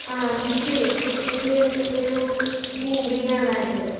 ആ എനിക്കെ തൃശ്ശൂർ ഒരു ഭൂമി വേണായിരുന്നു